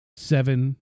Seven